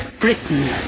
Britain